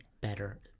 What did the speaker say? better